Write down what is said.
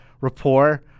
rapport